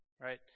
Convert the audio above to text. right